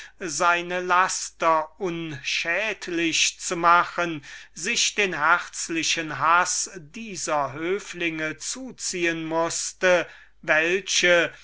seine schwachheiten unschädlich zu machen sich den herzlichen haß dieser höflinge zuziehen mußte welche